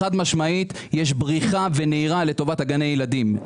חד משמעית יש בריחה ונהירה לטובת גני הילדים.